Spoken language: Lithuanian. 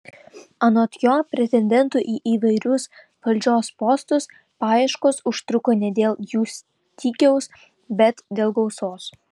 anot jo pretendentų į įvairius valdžios postus paieškos užtruko ne dėl jų stygiaus bet dėl gausos